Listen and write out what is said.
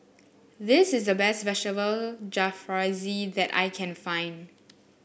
this is the best Vegetable Jalfrezi that I can find